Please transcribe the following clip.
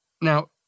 Now